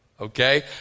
okay